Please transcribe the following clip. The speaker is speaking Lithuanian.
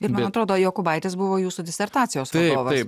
ir man atrodo jokūbaitis buvo jūsų disertacijos vadovas